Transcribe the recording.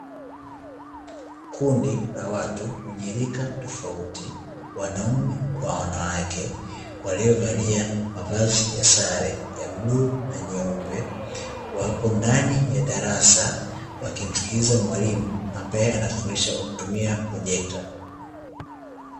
Kundi la watu wenye rika tofauti wanaume kwa wanawake, waliovalia mavazi ya sare ya bluu na nyeupe wapo ndani ya darasa wakimsikiliza mwalimu ambae anafundisha kwa kutumia projekta.